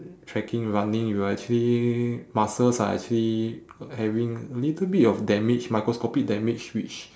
trekking running you are actually muscles are actually having a little bit of damage microscopic damage which